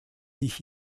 ich